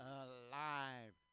alive